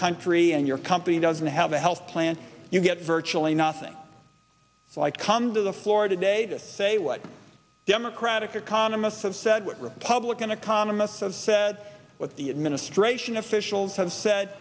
country and your company doesn't have a health plan you get virtually nothing like come to the floor today to say what democratic economists have said what republican economists have said what the administration officials